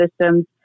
systems